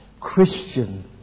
Christian